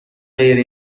غیر